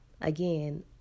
again